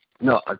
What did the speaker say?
No